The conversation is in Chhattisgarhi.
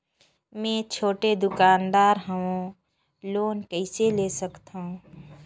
मे छोटे दुकानदार हवं लोन कइसे ले सकथव?